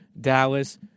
Dallas